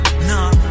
Nah